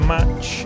Match